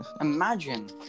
Imagine